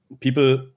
people